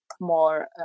more